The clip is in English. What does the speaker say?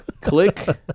Click